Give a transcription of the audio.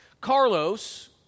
Carlos